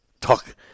talk